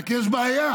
רק יש בעיה: